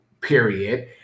period